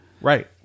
right